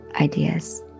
ideas